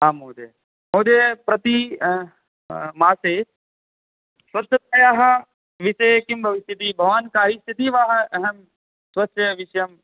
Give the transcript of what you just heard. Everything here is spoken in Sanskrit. आम् महोदय महोदय प्रति मासे स्वच्छतायाः विषये किं भविष्यति भवान् करिष्यति स्वस्य विषयं